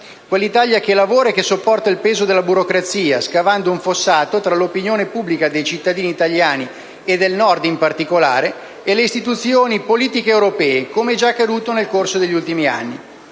quella che lavora e sopporta il peso della burocrazia, scavando un fossato tra l'opinione dei cittadini italiani del Nord in particolare, e le istituzioni politiche europee, come già accaduto in questi ultimi anni.